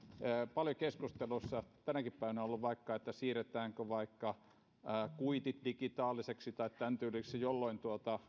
paljon keskustelussa ollut asia siirretäänkö kuitit digitaalisiksi jolloin